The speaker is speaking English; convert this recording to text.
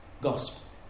gospel